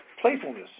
playfulness